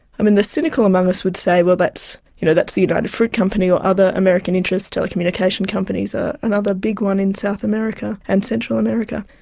i mean, the cynical among us would say that's you know that's the united fruit company or other american interests, telecommunication companies are another big one in south america and central america,